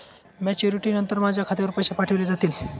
Maturity नंतर माझ्या खात्यावर पैसे पाठविले जातील?